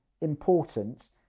important